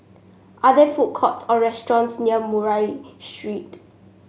are there food courts or restaurants near Murray Street